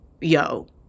yo